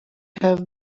have